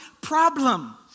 problem